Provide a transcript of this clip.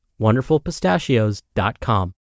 wonderfulpistachios.com